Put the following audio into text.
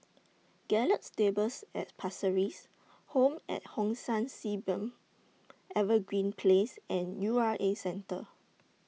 Gallop Stables At Pasir Ris Home At Hong San Sea Beam Evergreen Place and U R A Centre